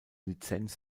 lizenz